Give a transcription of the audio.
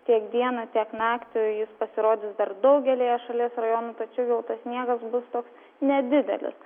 tiek dieną tiek naktį jis pasirodys dar daugelyje šalies rajonų tačiau jau tas sniegas bus toks nedidelis